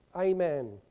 Amen